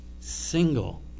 single